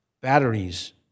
Batteries